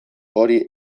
hori